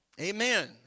Amen